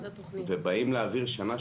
ובאים להעביר שנה,